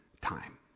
time